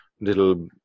little